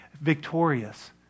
victorious